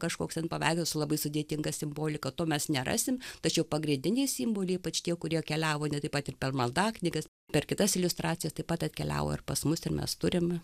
kažkoks ten paveikslas su labai sudėtinga simbolika to mes nerasim tačiau pagrindiniai simboliai ypač tie kurie keliavo net taip pat ir per maldaknyges per kitas iliustracijas taip pat atkeliavo ir pas mus ir mes turime